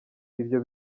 ibyo